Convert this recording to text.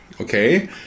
okay